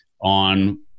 on